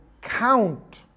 count